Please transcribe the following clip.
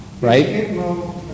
right